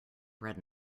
bread